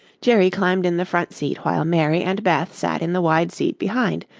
jerry climbed in the front seat while mary and beth sat in the wide seat behind,